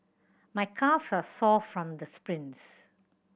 my calves are sore from the sprints